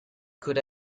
could